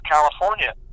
California